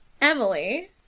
Emily